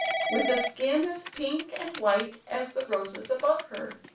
with a skin as pink and white as the roses above her.